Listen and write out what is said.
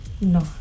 No